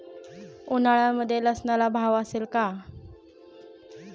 उन्हाळ्यामध्ये लसूणला भाव असेल का?